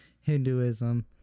Hinduism